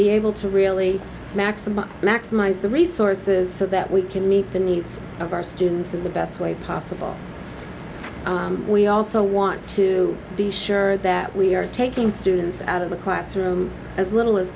be able to really maximize maximize the resources so that we can meet the needs of our students in the best way possible we also want to be sure that we are taking students out of the classroom as little as